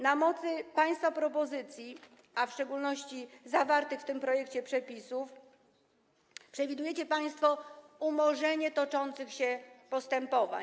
Na mocy państwa propozycji, a w szczególności zawartych w tym projekcie przepisów, przewidujecie państwo umorzenie toczących się postępowań.